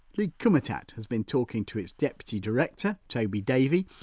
lee kumutat has been talking to its deputy director, toby davey,